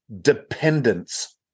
dependence